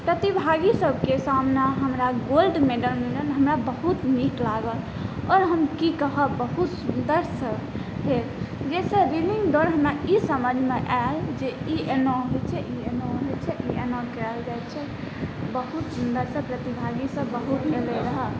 प्रतिभागीसभके सामना हमरा gold medal मिलल हमरा बहुत नीक लागल आओर हम की कहब बहुत सुन्दरसँ भेल जाहिसँ रीलिङ्ग दौड़मे हमरा ई समझमे आएल जे ई एना होइ छै ई एना होइ छै ई एना कएल जाइ छै बहुत सुन्दरसँ प्रतिभागीसब बहुत अएलै रहै